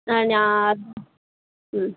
ஆ நான் ம்